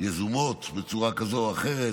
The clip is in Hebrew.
יזומות בצורה כזאת או אחרת,